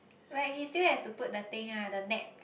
like he still has to put the thing ah the neck